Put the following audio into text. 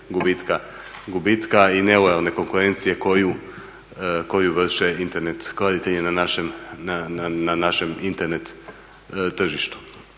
gubitka i nelojalne konkurencije koju vrše internet kladitelji na našem internet tržištu.